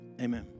Amen